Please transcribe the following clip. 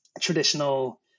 traditional